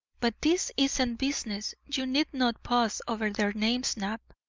but this isn't business. you need not pause over their names, knapp.